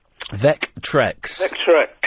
Vectrex